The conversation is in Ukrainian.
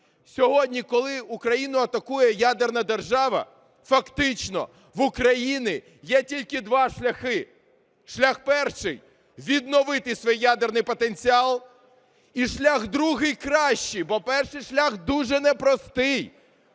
Сьогодні, коли Україну атакує ядерна держава, фактично в України є тільки два шляхи, Шлях перший – відновити свій ядерний потенціал. І шлях другий кращий, бо перший шлях дуже непростий